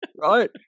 right